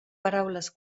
paraules